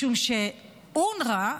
משום שאונר"א,